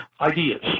ideas